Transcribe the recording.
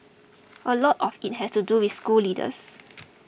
a lot of it has to do with school leaders